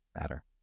better